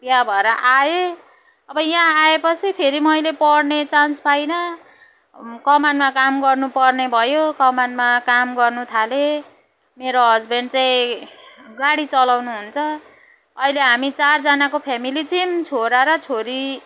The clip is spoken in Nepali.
बिहा भएर आएँ अब यहाँ आएपछि फेरि मैले पढ्ने चान्स पाइनँ कमानमा काम गर्नुपर्ने भयो कमानमा काम गर्नुथालेँ मेरो हस्बेन्ड चाहिँ गाडी चलाउनुहुन्छ अहिले हाम्रो चारजनाको फ्यामिली छौँ छोरा र छोरी